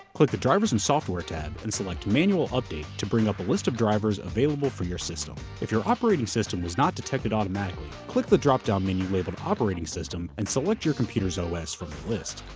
click the drivers and software tab and select manual update to bring up a list of drivers available for your system. if your operating system was not detected automatically, click the dropdown menu labeled operating system and select your computer's os from the list.